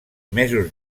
mesos